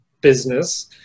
business